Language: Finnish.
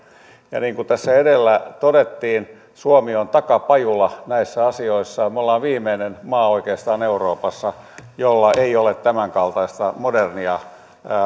ja niin kuin tässä edellä todettiin suomi on takapajula näissä asioissa me olemme oikeastaan viimeinen maa euroopassa jolla ei ole tämänkaltaista modernia